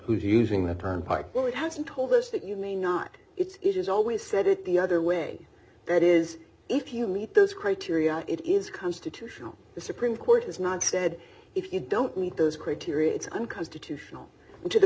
who's using the turnpike has told us that you may not it's always said it the other way that is if you meet those criteria it is constitutional the supreme court has not said if you don't meet those criteria it's unconstitutional to the